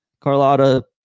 carlotta